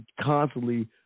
constantly